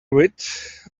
witt